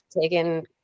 taken